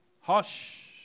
hush